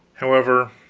however,